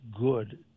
good